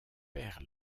perd